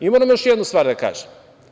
Moram još jednu stvar da kažem.